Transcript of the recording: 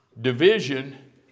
Division